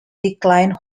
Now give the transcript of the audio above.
declined